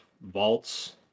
Vaults